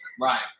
right